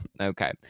okay